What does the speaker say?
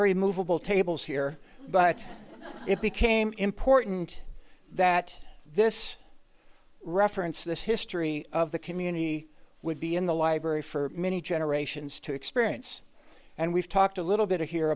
very movable tables here but it became important that this reference this history of the community would be in the library for many generations to experience and we've talked a little bit here